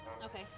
Okay